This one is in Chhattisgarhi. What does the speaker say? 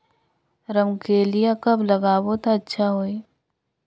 रमकेलिया कब लगाबो ता अच्छा होही?